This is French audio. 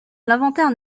l’inventaire